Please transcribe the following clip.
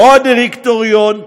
לא הדירקטוריון.